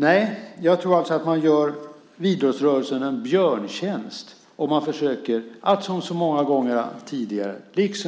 Nej, jag tror att man gör idrottsrörelsen en björntjänst om man, som så många gånger tidigare,